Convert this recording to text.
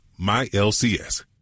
myLCS